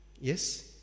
Yes